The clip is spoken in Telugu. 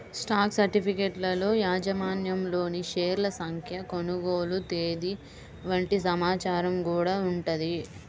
స్టాక్ సర్టిఫికెట్లలో యాజమాన్యంలోని షేర్ల సంఖ్య, కొనుగోలు తేదీ వంటి సమాచారం గూడా ఉంటది